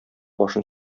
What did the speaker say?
башын